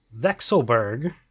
Vexelberg